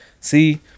see